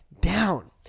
down